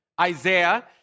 Isaiah